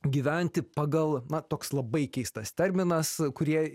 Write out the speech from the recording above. gyventi pagal na toks labai keistas terminas kurie